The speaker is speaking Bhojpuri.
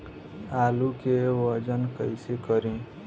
आलू के वजन कैसे करी?